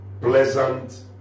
pleasant